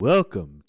Welcome